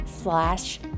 slash